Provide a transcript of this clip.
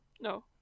no